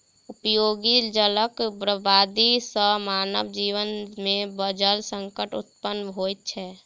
उपयोगी जलक बर्बादी सॅ मानव जीवन मे जल संकट उत्पन्न होइत छै